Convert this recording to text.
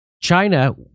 China